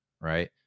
right